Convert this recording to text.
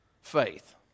faith